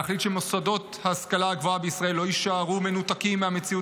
להחליט שמוסדות ההשכלה הגבוהה בישראל לא יישארו מנותקים מהמציאות